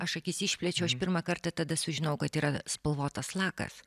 aš akis išplėčiau aš pirmą kartą tada sužinojau kad yra spalvotas lakas